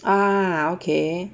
ah okay